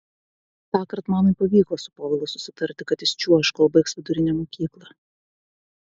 tąkart mamai pavyko su povilu susitarti kad jis čiuoš kol baigs vidurinę mokyklą